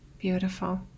Beautiful